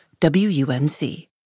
WUNC